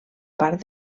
part